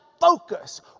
focus